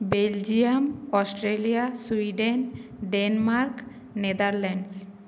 Belgium Australia Sweden Denmark Netherlands